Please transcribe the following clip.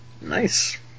Nice